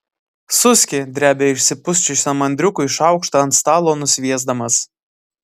suski drebia išsipusčiusiam andriukui šaukštą ant stalo nusviesdamas